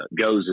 goes